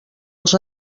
els